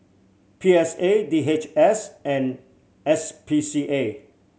P S A D H S and S P C A